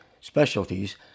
specialties